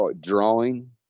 drawing